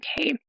Okay